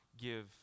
give